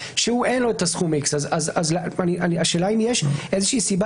שאין לו את הסכום X. השאלה אם יש איזה סיבה